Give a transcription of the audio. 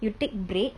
you take bread